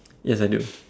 yes I do